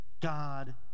God